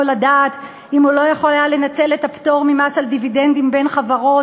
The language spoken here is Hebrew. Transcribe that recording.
לדעת אם הוא לא יכול היה לנצל את הפטור ממס על דיבידנדים בין חברות,